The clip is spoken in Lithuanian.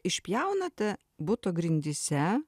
išpjaunate buto grindyse